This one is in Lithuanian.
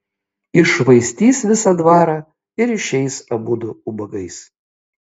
iššvaistys visą dvarą ir išeis abudu ubagais